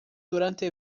durante